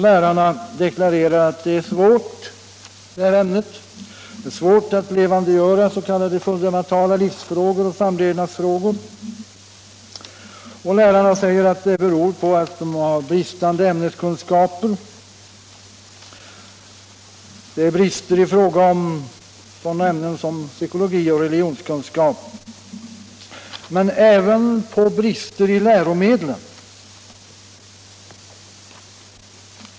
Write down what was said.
Lärarna deklarerar att ämnet är svårt; det är svårt att levandegöra fundamentala livsfrågor och samlevnadsfrågor. Lärarna säger att det beror på att de har bristande ämneskunskaper — det gäller sådana ämnen som psykologi och religionskunskap. Men det beror också på brister i läromedlen.